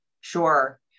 Sure